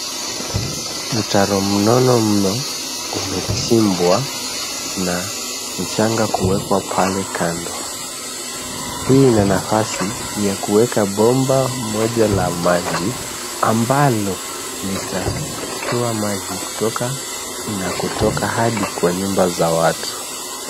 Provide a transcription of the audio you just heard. Mtaro mnono mno umechimbwa na mchanga kuwekwa pale kando. Hii ina nafasi ya kuweka bomba moja la maji ambalo litatua maji kutoka na kutoka hadi nyumba za watu.